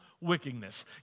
wickedness